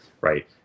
right